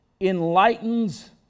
enlightens